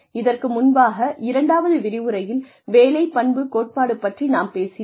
இதற்கு முன்பாக இரண்டாவது விரிவுரையில் வேலை பண்பு கோட்பாடு பற்றி நாம் பேசினோம்